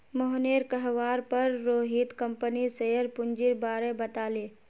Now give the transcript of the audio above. मोहनेर कहवार पर रोहित कंपनीर शेयर पूंजीर बारें बताले